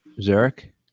Zurich